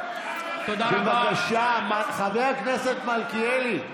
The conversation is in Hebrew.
חבר הכנסת מלכיאלי,